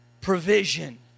provision